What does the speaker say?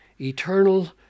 eternal